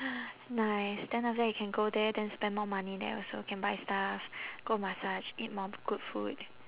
ah nice then after that you can go there then spend more money there also can buy stuff go massage eat more good food